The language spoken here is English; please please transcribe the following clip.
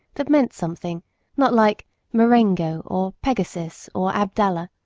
that meant something not like marengo, or pegasus, or abdallah.